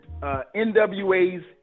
nwa's